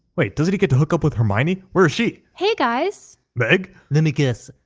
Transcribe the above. wait! doesn't he get to hook up with hermione? where's she? hey guys! meg! let me guess.